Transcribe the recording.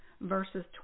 verses